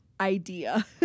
Idea